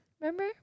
Remember